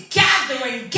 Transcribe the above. gathering